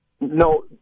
No